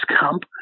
camp